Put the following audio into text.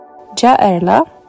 Ja'erla